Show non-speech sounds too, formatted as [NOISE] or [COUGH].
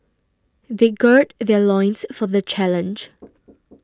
they gird their loins for the challenge [NOISE]